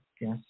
yes